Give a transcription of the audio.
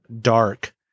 dark